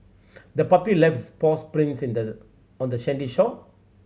the puppy left its paws prints in the on the sandy shore